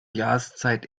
jahreszeit